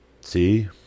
See